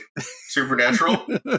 supernatural